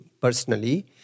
personally